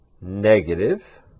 negative